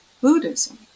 Buddhism